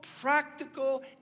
practical